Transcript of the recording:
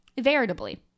Veritably